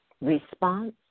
response